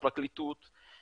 הפרקליטות,